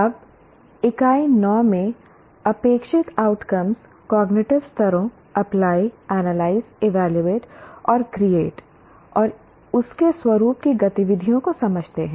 अब इकाई 9 में अपेक्षित आउटकम कॉग्निटिव स्तरों अप्लाई एनालाइज ईवैल्युएट और क्रिएट और उसके स्वरूप की गतिविधियों को समझते हैं